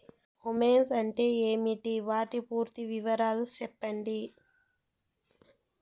Humus అంటే ఏంటి? వాటి పూర్తి వివరాలు సెప్పండి?